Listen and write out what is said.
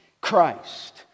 Christ